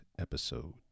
episode